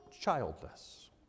childless